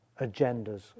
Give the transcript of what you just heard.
agendas